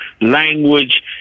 language